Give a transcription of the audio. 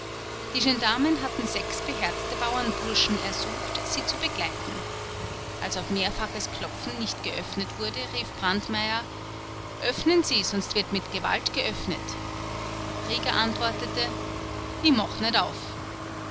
die gendarmen hatten sechs beherzte bauernburschen ersucht sie zu begleiten als auf mehrfaches klopfen nicht geöffnet wurde rief brandmeier öffnen sie sonst wird mit gewalt geöffnet rieger antwortete i mach nit auf